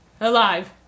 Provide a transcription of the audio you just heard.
alive